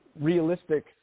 realistic